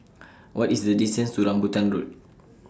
What IS The distance to Rambutan Road